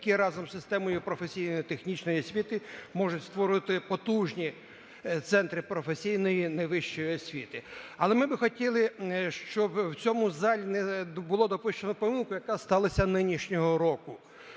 які разом з системою професійно-технічної освіти можуть створювати потужні центри професійної невищої освіти. Але ми би хотіли, щоб в цьому залі не було допущено помилку, яка сталася нинішнього року,